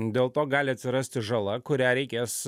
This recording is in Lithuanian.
dėl to gali atsirasti žala kurią reikės